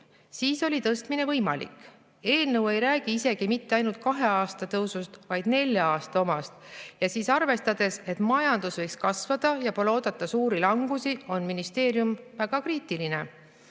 Siis oli tõstmine võimalik. Eelnõu ei räägi isegi mitte ainult kahe aasta tõusust, vaid nelja aasta omast, siis arvestades, et majandus võiks kasvada ja pole oodata suuri langusi, on ministeerium väga kriitiline.